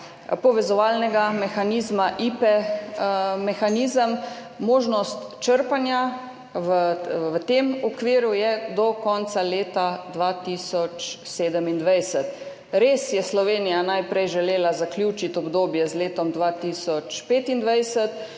povezovalnega mehanizma mehanizem IPE. Možnost črpanja v tem okviru je do konca leta 2027. Res je Slovenija najprej želela zaključiti obdobje z letom 2025